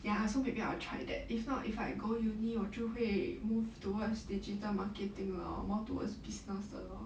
ya so maybe I'll try that if not if I go uni 我就会 move towards digital marketing lor more towards business 的 lor